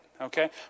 okay